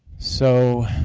so